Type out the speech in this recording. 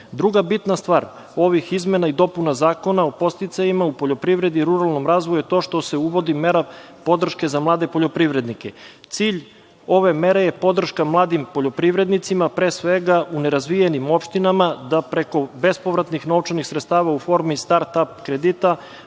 stoke. Druga bitna stvar, ovih izmena i dopuna Zakona o podsticajima u poljoprivredi i ruralnom razvoju, to što se uvodi mera podrške za mlade poljoprivrednike. Cilj ove mere je podrška mladim poljoprivrednicima, pre svega u nerazvijenim opštinama, da preko bespovratnih novčanih sredstava u formi start-ap kredita,